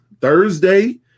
thursday